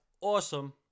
awesome